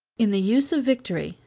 in the use of victory,